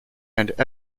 and